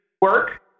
work